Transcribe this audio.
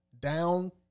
down